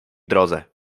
drodze